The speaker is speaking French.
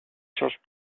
change